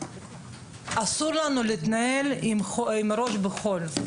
אסור לנו לטמון את הראש בחול.